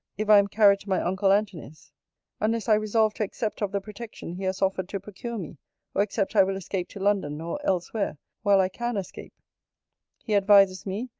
if i am carried to my uncle antony's unless i resolve to accept of the protection he has offered to procure me or except i will escape to london, or elsewhere, while i can escape he advises me,